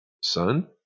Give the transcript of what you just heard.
son